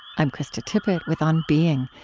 i'm krista tippett with on being.